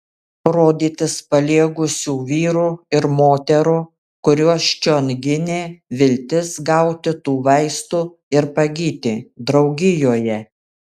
rodytis paliegusių vyrų ir moterų kuriuos čion ginė viltis gauti tų vaistų ir pagyti draugijoje